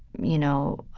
you know,